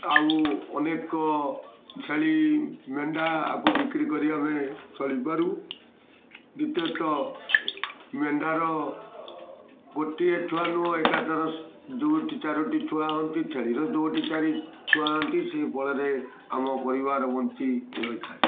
ଆଉ ଅନେକ ଛେଳି ମେଣ୍ଢା ଆକୁ ବିକ୍ରି କରି ଆମେ ଚଳିପାରୁ ଦ୍ୱିତୀୟତଃ ମେଣ୍ଢାର ଗୋଟିଏ ଛୁଆ ନୁହଁ ଏକାଥର ଦୁଇଟି ଚାରୋଟି ଛୁଆ ହଅନ୍ତି ଛେଳିର ଦୁଇଟି ଚାରି ଛୁଆ ହଅନ୍ତି ସେ ଫଳରେ ଆମ ପରିବାର ବଞ୍ଚି ରହିଥାଏ